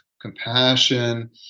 compassion